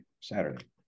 Saturday